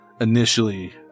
initially